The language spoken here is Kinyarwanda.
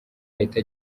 yahita